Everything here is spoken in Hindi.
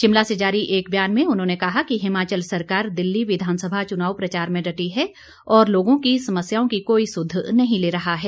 शिमला से जारी एक बयान में उन्होंने कहा कि हिमाचल सरकार दिल्ली विधानसभा चुनाव प्रचार में डटी है और लोगों की समस्याओं की कोई सुध नहीं ले रहा है